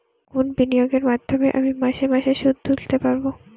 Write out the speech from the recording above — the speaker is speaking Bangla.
কোন বিনিয়োগের মাধ্যমে আমি মাসে মাসে সুদ তুলতে পারবো?